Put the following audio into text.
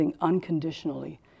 unconditionally